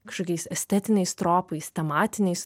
kažkokiais estetiniais tropais tematiniais